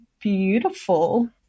beautiful